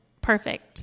perfect